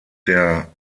der